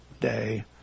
day